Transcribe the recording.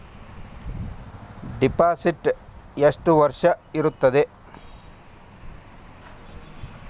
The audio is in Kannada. ಡಿಪಾಸಿಟ್ ಎಷ್ಟು ವರ್ಷ ಇರುತ್ತದೆ?